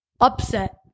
upset